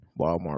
Walmart